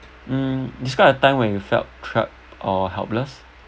um describe a time when you felt trapped or helpless